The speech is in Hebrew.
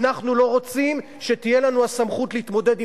החוק הזה הוא נגדכם, ותיכף אני אסביר בדיוק